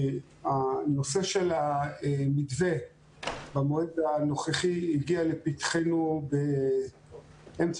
הנושא של המתווה במועד הנוכחי הגיע לפתחנו באמצע